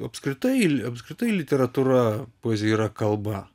apskritai apskritai literatūra poezija yra kalba